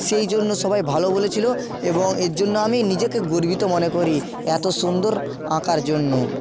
সেই জন্য সবাই ভালো বলেছিলো এবং এর জন্য আমি নিজেকে গর্বিত মনে করি এত সুন্দর আঁকার জন্য